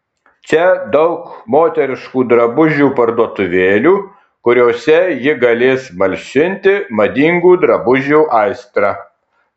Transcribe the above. čia daug moteriškų drabužių parduotuvėlių kuriose ji galės malšinti madingų drabužių aistrą